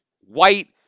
white